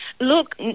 Look